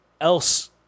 else